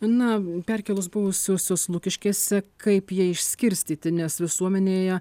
na perkėlus buvusiuosius lukiškėse kaip jie išskirstyti nes visuomenėje